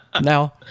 Now